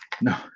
no